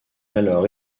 alors